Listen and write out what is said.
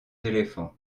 éléphants